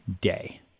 day